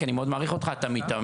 כי אני מאוד מעריך אותך אתה מיתמם.